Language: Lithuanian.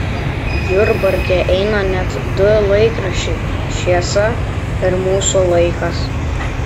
jurbarke eina net du laikraščiai šviesa ir mūsų laikas